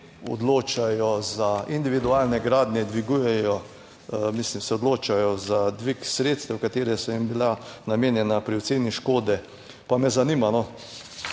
odločajo za individualne gradnje, dvigujejo, mislim se odločajo za dvig sredstev, katera so jim bila namenjena pri oceni škode. Pa me zanima ta